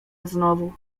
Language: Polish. znowu